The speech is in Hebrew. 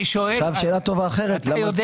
עכשיו שאלה טובה אחרת היא למה עשו את זה.